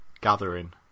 gathering